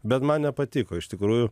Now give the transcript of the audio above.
bet man nepatiko iš tikrųjų